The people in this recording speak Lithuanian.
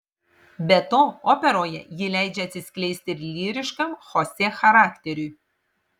be to operoje ji leidžia atsiskleisti ir lyriškam chosė charakteriui